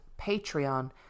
Patreon